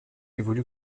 évolue